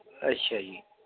ਅੱਛਾ ਜੀ